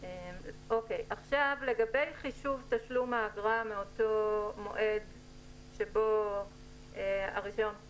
לגבי חישוב תשלום האגרה ממועד מתן הרישיון,